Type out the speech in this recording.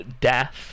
death